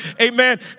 amen